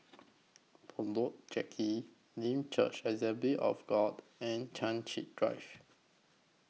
Bedok Jetty Limb Church Assembly of God and Chai Chee Drive